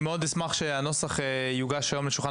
אני מאוד אשמח שהנוסח יוגש היום לשולחן